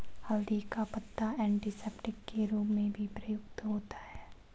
हल्दी का पत्ता एंटीसेप्टिक के रूप में भी प्रयुक्त होता है